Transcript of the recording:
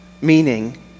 meaning